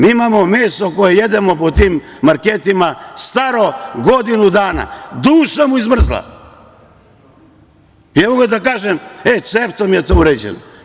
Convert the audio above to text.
Mi imamo meso koje jedemo po tim marketima staro godinu dana, duša mu izmrzla i mogu da kažem CEFTA-om je to uređeno.